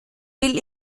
will